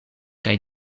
kaj